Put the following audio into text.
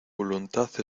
voluntad